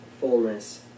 fullness